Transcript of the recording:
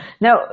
Now